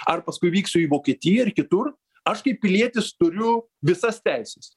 ar paskui vyksiu į vokietiją ir kitur aš kaip pilietis turiu visas teises